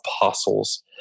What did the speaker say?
apostles